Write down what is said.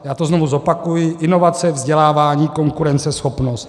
Já to znovu zopakuji inovace, vzdělávání, konkurenceschopnost.